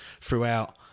throughout